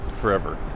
forever